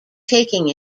taking